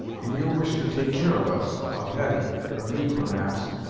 in your wish to take care of us of hetty of me, perhaps,